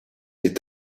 est